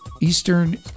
Eastern